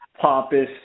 pompous